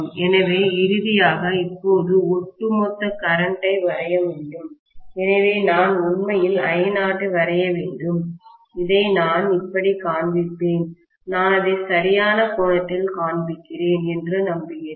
எனவேஇறுதியாக இப்போது ஒட்டுமொத்த கரண்ட்டை வரைய முடியும் எனவே நான் உண்மையில் I0 வரைய வேண்டும் இதை நான் இப்படி காண்பிப்பேன் நான் அதை சரியான கோணத்தில் காண்பிக்கிறேன் என்று நம்புகிறேன்